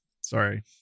sorry